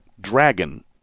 dragon